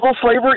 slavery